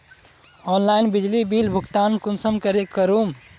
Online बिजली bill भुगतान कुंसम करे करूम?